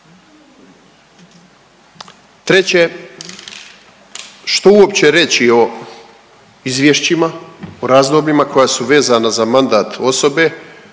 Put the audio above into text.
Treće, što uopće reći o izvješćima, o razdobljima koja su vezana za mandat osobe